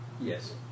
Yes